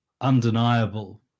undeniable